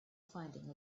finding